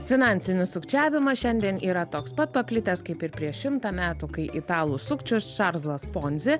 finansinis sukčiavimas šiandien yra toks pat paplitęs kaip ir prieš šimtą metų kai italų sukčius čarlzas ponzi